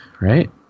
Right